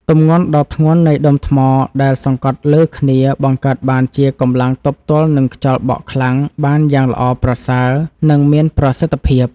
ទម្ងន់ដ៏ធ្ងន់នៃដុំថ្មដែលសង្កត់លើគ្នាបង្កើតបានជាកម្លាំងទប់ទល់នឹងខ្យល់បក់ខ្លាំងបានយ៉ាងល្អប្រសើរ និង មានប្រសិទ្ធភាព។